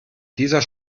dieser